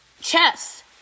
chess